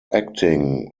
acting